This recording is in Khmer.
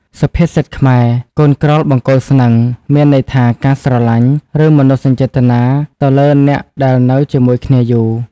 សុភាសិតខ្មែរ “កូនក្រោលបង្គោលស្នឹង” មានន័យថា ការស្រឡាញ់ ឬមនោសញ្ចេតនាទៅលើអ្នកដែលនៅជាមួយគ្នាយូរ។